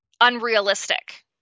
unrealistic